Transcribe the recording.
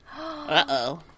Uh-oh